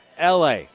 la